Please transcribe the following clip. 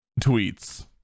tweets